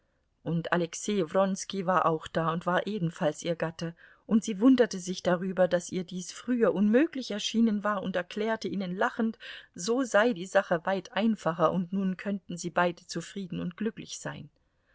und alexei wronski war auch da und war ebenfalls ihr gatte und sie wunderte sich darüber daß ihr dies früher unmöglich erschienen war und erklärte ihnen lachend so sei die sache weit einfacher und nun könnten sie beide zufrieden und glücklich sein